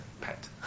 pet